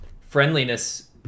friendliness